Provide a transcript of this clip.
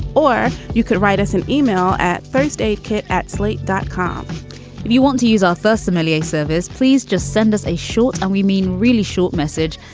or you could write us an email at first aid kit at slate dot com if you want to use our first familiar service, please just send us a short and we mean really short message.